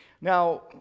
Now